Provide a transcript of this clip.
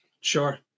sure